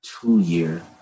two-year